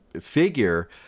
figure